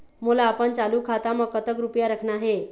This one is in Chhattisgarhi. मोला अपन चालू खाता म कतक रूपया रखना हे?